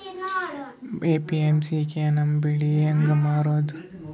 APMC ಗೆ ನಮ್ಮ ಬೆಳಿ ಹೆಂಗ ಮಾರೊದ?